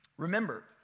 Remember